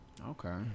okay